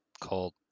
called